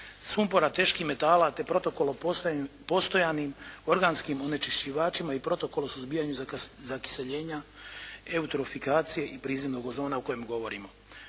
sumpora teških metala te Protokol o postojanim organskim onečišćivačima i Protokol o suzbijanju zakiseljenje, eutrofikacije i prizemnog ozona o kojem govorimo.